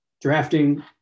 drafting